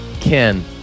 Ken